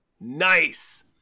Nice